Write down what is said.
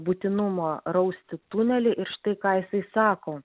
būtinumo rausti tunelį ir štai ką jisai sako